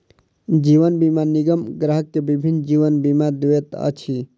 जीवन बीमा निगम ग्राहक के विभिन्न जीवन बीमा दैत अछि